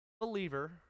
believer